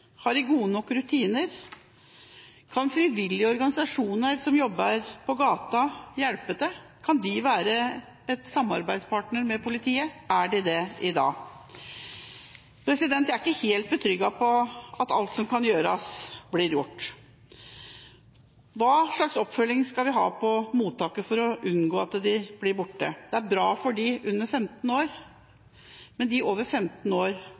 Har de gode nok rutiner? Kan frivillige organisasjoner som jobber på gata, hjelpe til? Kan de være en samarbeidspartner for politiet? Er de det i dag? Jeg er ikke helt trygg på at alt som kan gjøres, blir gjort. Hva slags oppfølging skal vi ha på mottaket for å unngå at de blir borte? Det er bra for dem som er under 15 år, men for dem som er over 15 år,